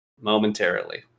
momentarily